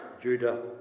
Judah